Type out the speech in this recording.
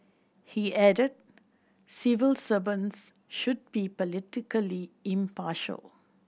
he added civil servants should be politically impartial